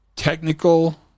technical